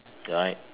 right